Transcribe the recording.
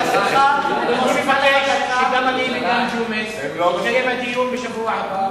אני מבקש שגם אני וגם ג'ומס נהיה בדיון בשבוע הבא,